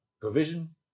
provision